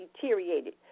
deteriorated